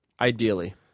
Ideally